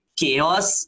chaos